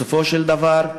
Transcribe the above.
בסופו של דבר,